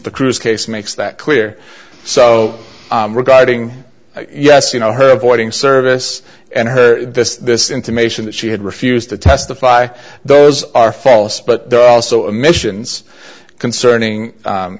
the cruise case makes that clear so regarding yes you know her voiding service and her this this intimation that she had refused to testify those are false but there are also a missions concerning